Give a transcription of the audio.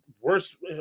worse